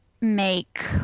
make